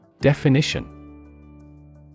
Definition